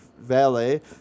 valet